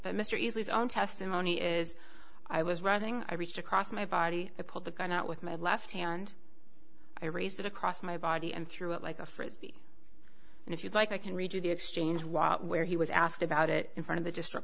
but mr easley's own testimony is i was running i reached across my body pulled the gun out with my left hand i raised it across my body and threw it like a frisbee and if you'd like i can read you the exchange watch where he was asked about it in front of the district